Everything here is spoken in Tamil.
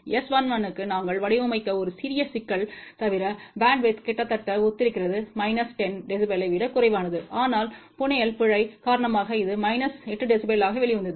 S11 க்குநாங்கள் வடிவமைத்த ஒரு சிறிய சிக்கல் தவிர பேண்ட்வித் கிட்டத்தட்ட ஒத்திருக்கிறது மைனஸ் 10 dBயை விடக் குறைவானது ஆனால் புனையல் பிழை காரணமாக இது மைனஸ் 8 dBயாக வெளிவந்தது